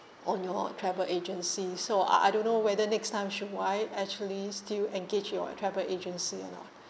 on your travel agency so I I don't know whether next time should I actually still engage your travel agency or not